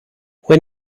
when